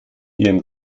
ihrem